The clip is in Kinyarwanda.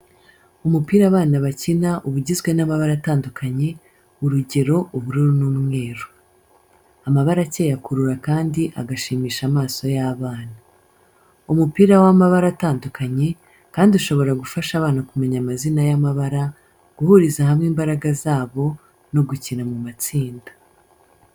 Umupira abana bakina uba ugizwe n'amabara atandukanye, urugero ubururu n'umweru. Amabara akeye akurura kandi agashimisha amaso y'abana. Umupira w’amabara atandukanye, kandi ushobora gufasha abana kumenya amazina y'amabara, guhuriza hamwe imbaraga zabo no gukina mu matsinda.